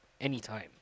anytime